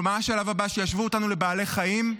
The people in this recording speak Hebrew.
מה השלב הבא, שישוו אותנו לבעלי חיים?